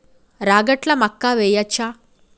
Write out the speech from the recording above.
రాగట్ల మక్కా వెయ్యచ్చా?